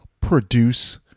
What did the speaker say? produce